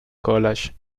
college